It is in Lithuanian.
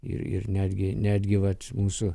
ir ir netgi netgi vat mūsų